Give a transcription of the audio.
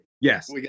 Yes